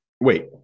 Wait